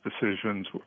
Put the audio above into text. decisions